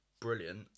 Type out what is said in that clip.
brilliant